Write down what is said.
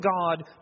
God